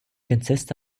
consists